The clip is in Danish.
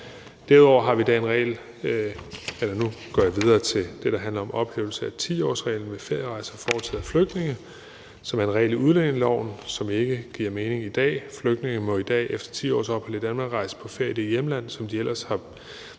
Nu går jeg videre til det, der handler om ophævelse af 10-årsreglen ved ferierejser foretaget af flygtninge, som er en regel i udlændingeloven, der ikke giver mening i dag. Flygtninge må i dag efter 10 års ophold i Danmark rejse på ferie i det hjemland, som de ellers har